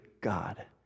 God